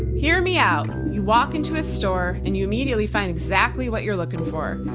hear me out. you walk into a store and you immediately find exactly what you're looking for.